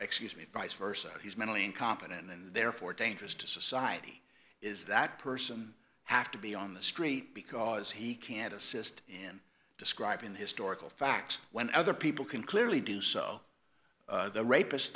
excuse me vice versa he's mentally incompetent and therefore dangerous to society is that person have to be on the street because he can't assist in describing the historical facts when other people can clearly do so the rapist